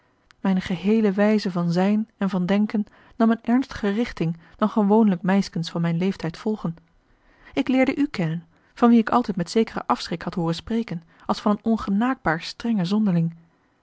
mijne geheele wijze van zijn en van denken nam eene ernstiger richting dan gewoonlijk meiskens van mijn leeftijd volgen ik leerde u kennen van wien ik altijd met zekeren afschrik had hooren spreken als van een ongenaakbaar strengen zonderling